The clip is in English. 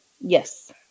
Yes